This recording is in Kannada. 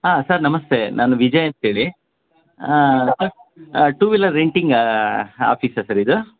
ಹಾಂ ಸರ್ ನಮಸ್ತೆ ನಾನು ವಿಜಯ್ ಅಂತ ಹೇಳಿ ಸರ್ ಟು ವಿಲರ್ ರೆಂಟಿಂಗ್ ಆಫೀಸಾ ಸರ್ ಇದು